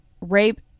rape